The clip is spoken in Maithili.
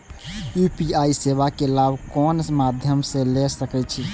यू.पी.आई सेवा के लाभ कोन मध्यम से ले सके छी?